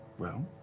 well,